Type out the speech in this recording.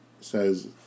says